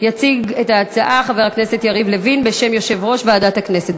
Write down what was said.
יציג את ההצעה חבר הכנסת יריב לוין בשם יושב-ראש ועדת הכנסת,